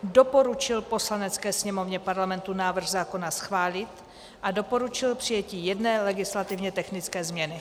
Doporučil Poslanecké sněmovně Parlamentu návrh zákona schválit a doporučil přijetí jedné legislativně technické změny.